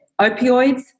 opioids